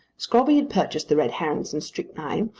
scrobby had purchased the red herrings and strychnine,